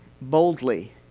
boldly